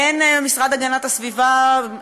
אין משרד הגנת הסביבה,